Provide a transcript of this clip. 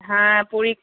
হ্যাঁ পরি